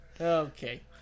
Okay